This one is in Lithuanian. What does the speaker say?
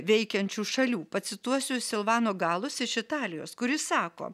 veikiančių šalių pacituosiu silvano galus iš italijos kuri sako